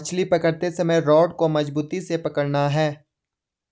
मछली पकड़ते समय रॉड को मजबूती से पकड़ना है